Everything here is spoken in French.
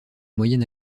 moyen